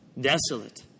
Desolate